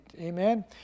Amen